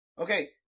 okay